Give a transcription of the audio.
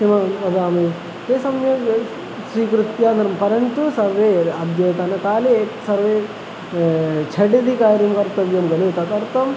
किं वदामि ते सम्यक् स्वीकृत्य निर् परन्तु सर्वे अद्यतनकाले सर्वे झटिति कार्यं कर्तव्यं खलु तदर्थम्